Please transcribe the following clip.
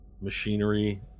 machinery